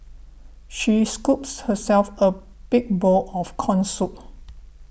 she scooped herself a big bowl of Corn Soup